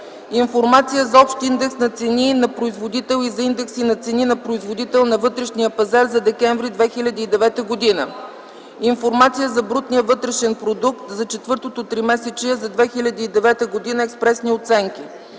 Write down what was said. Информация за общ индекс на цени на производител и за индекси на цени на производител на вътрешния пазар за м. декември 2009 г.; - Информация за брутния вътрешен продукт за четвъртото тримесечие на 2009 г. – експресни оценки;